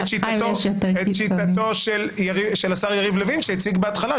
את שיטתו של השר יריב לוין שהציג בהתחלה,